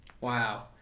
Wow